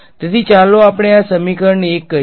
તેથી ચાલો આપણે આ સમીકરણ ને ૧ કહીયે